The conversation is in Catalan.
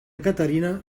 caterina